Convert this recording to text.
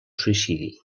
suïcidi